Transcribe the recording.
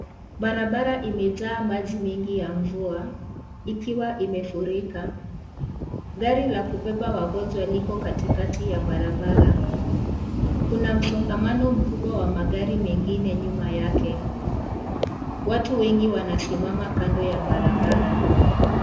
Barabara imejaa maji mengi ya mvua ikiwa imefurika gari la kubeba wagonjwa liko katikati ya barabara. Kuna msongomano wa magari mengine nyuma yake watu wengi wanasimama kando ya barabara.